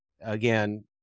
again